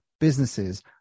businesses